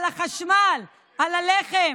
על החשמל, על הלחם,